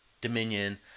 Dominion